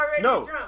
No